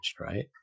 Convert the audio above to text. right